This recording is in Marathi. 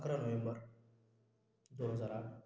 अकरा नोव्हेंबर दोन हजार आठ